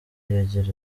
yagira